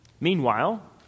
Meanwhile